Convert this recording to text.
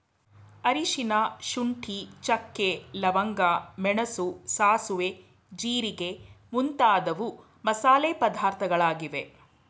ಅರಿಶಿನ, ಶುಂಠಿ, ಚಕ್ಕೆ, ಲವಂಗ, ಮೆಣಸು, ಸಾಸುವೆ, ಜೀರಿಗೆ ಮುಂತಾದವು ಮಸಾಲೆ ಪದಾರ್ಥಗಳಾಗಿವೆ